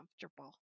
comfortable